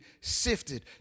sifted